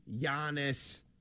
Giannis